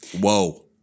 Whoa